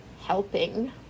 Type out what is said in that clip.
helping